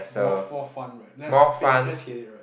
more for fun right less pain less headache right